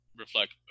reflect